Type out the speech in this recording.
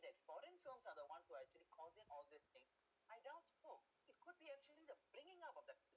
that foreign films are the ones who are actually causing all these thing I doubt though it could be actually the bringing up of the